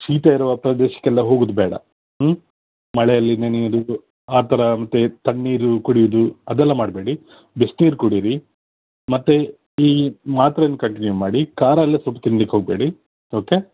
ಶೀತ ಇರುವ ಪ್ರದೇಶಕ್ಕೆಲ್ಲ ಹೋಗೋದ್ಬೇಡ ಹ್ಞೂ ಮಳೆಯಲ್ಲಿ ನೆನ್ಯೋದು ಆ ಥರ ಮತ್ತು ತಣ್ಣೀರು ಕುಡ್ಯೋದು ಅದೆಲ್ಲ ಮಾಡಬೇಡಿ ಬಿಸಿನೀರು ಕುಡಿಯಿರಿ ಮತ್ತು ಈ ಮಾತ್ರೆನ ಕಂಟಿನ್ಯೂ ಮಾಡಿ ಖಾರಯೆಲ್ಲ ಸ್ವಲ್ಪ ತಿನ್ಲಿಕ್ಕೆ ಹೋಗಬೇಡಿ ಓಕೆ